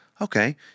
Okay